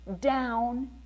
down